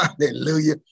Hallelujah